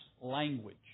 language